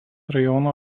rajono